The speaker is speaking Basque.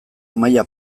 maila